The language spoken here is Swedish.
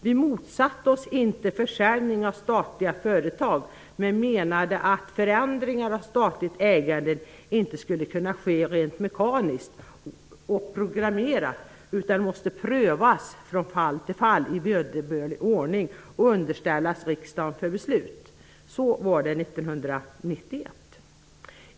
Vi motsatte oss inte försäljning av statliga företag men menade att förändringar av statligt ägande inte skulle ske mekaniskt och programmerat utan måste prövas från fall till fall och i vederbörlig ordning underställas riksdagen för beslut. - Så var det 1991.